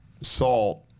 salt